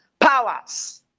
powers